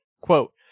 Quote